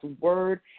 word